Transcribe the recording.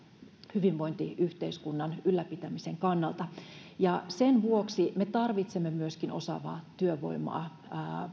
hyvinvointiyhteiskunnan ylläpitämisen kannalta sen vuoksi me tarvitsemme myöskin osaavaa työvoimaa